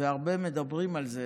והרבה מדברים על זה,